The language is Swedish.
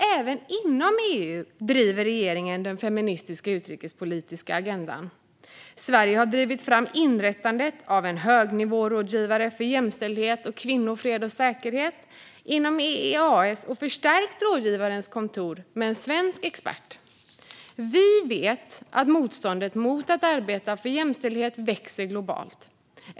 Även inom EU driver regeringen den feministiska utrikespolitiska agendan. Sverige har drivit fram inrättandet av en högnivårådgivare för jämställdhet och kvinnor, fred och säkerhet inom EEAS och förstärkt rådgivarens kontor med en svensk expert. Vi vet att motståndet mot att arbeta för jämställdhet växer globalt.